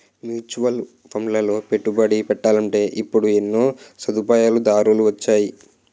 mutual ఫండ్లలో పెట్టుబడి పెట్టాలంటే ఇప్పుడు ఎన్నో సదుపాయాలు దారులు వొచ్చేసాయి